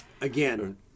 again